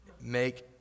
Make